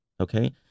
okay